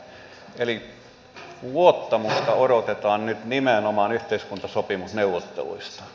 eli luottamusta odotetaan nyt nimenomaan yhteiskuntasopimusneuvotteluista